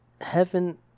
heaven